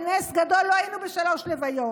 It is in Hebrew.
בנס גדול לא היו שלוש הלוויות.